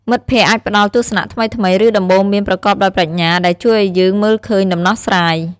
មិត្តភក្តិអាចផ្តល់ទស្សនៈថ្មីៗ ឬដំបូន្មានប្រកបដោយប្រាជ្ញា ដែលជួយឲ្យយើងមើលឃើញដំណោះស្រាយ។